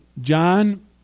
John